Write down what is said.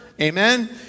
amen